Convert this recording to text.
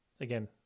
Again